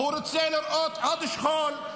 הוא רוצה לראות עוד שכול,